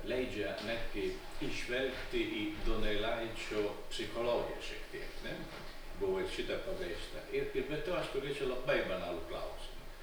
leidžia netgi įžvelgti į donelaičio psichologiją šiek tiek ne buvo ir šita pabrėžta ir ir be to aš turėčiau labai banalų klausimą